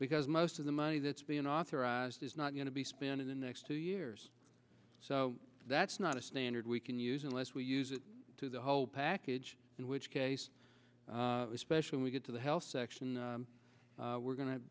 because most of the money that's been authorized is not going to be spent in the next two years so that's not a standard we can use unless we use it to the whole package in which case especially we get to the health section we're go